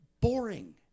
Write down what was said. boring